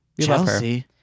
Chelsea